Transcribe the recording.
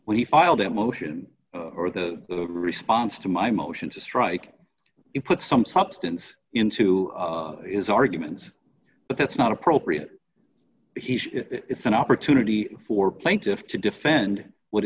when he filed a motion for the response to my motion to strike it puts some substance into his arguments but that's not appropriate here it's an opportunity for plaintiffs to defend what